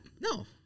no